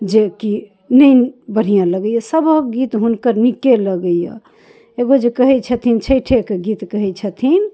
जेकि नहि बढ़िआँ लगैए सभके गीत हुनकर नीके लगैए एगो जे कहै छथिन से छइठेके गीत कहै छथिन